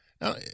Now